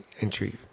entry